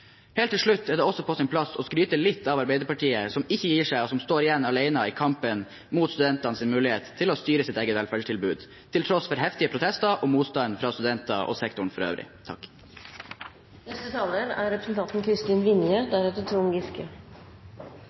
Helt til slutt er det også på sin plass å skryte litt av Arbeiderpartiet, som ikke gir seg, og som står igjen alene i kampen mot studentenes mulighet til å styre sitt eget velferdstilbud, til tross for heftige protester og motstand fra studenter og sektoren for øvrig.